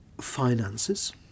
finances